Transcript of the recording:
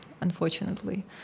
unfortunately